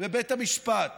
ובית המשפט